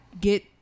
get